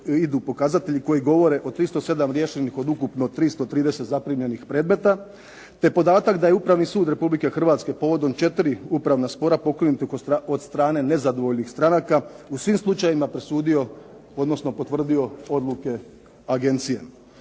koji govore o 307 riješenih od ukupno 330 zaprimljenih predmeta te podatak da je Upravni sud RH povodom 4 upravna spora pokrenutih od strane nezadovoljnih stranaka u svim slučajevima presudio, odnosno potvrdio odluke agencije.